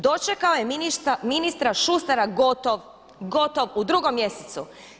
Dočekao je ministra Šustara gotov, gotov u 2. mjesecu.